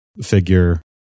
figure